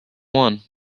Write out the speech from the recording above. one